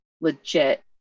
legit